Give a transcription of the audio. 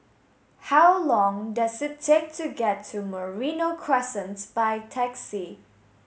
how long does it take to get to Merino Crescent by taxi